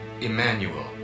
Emmanuel